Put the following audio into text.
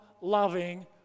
loving